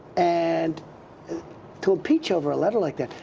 and to impeach over a letter like that.